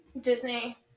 Disney